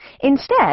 Instead